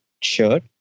shirt